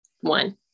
One